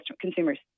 consumers